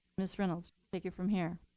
ms reynolds, take it from here.